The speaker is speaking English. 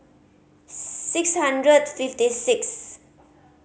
six hundred fifty six